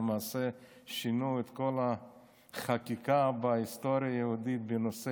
למעשה הן שינו את כל החקיקה בהיסטוריה היהודית בנושא